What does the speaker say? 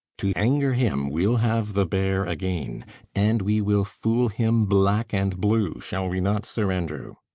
to anger him, we'll have the bear again and we will fool him black and blue shall we not, sir andrew?